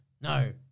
No